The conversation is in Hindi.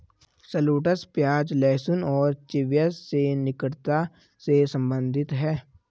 शलोट्स प्याज, लहसुन और चिव्स से निकटता से संबंधित है